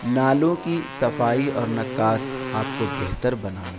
نالوں کی صفائی اور نکاس آپ کو بہتر بنانا